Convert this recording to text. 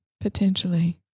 Potentially